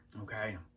Okay